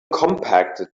compacted